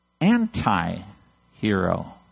anti-hero